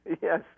yes